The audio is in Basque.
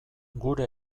gure